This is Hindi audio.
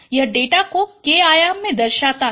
यह डेटा को k आयाम में दर्शाता है